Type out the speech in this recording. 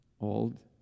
old